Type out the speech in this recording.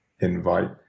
invite